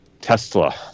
tesla